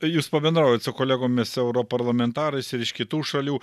tai jūs pabendraujat su kolegomis europarlamentarais ir iš kitų šalių